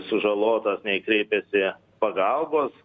sužalotas nei kreipėsi pagalbos